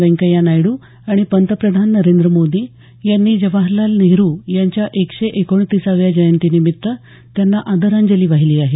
वेंकय्या नायडू आणि पंतप्रधान नरेंद्र मोदी यांनी जवाहरलाल नेहरू यांच्या एकशे एकोणतिसाव्या जयंतीनिमित्त त्यांना आदरांजली वाहिली आहे